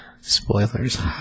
Spoilers